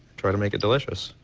try to make it delicious.